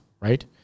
Right